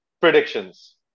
Predictions